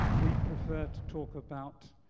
we prefer to talk about